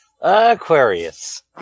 Aquarius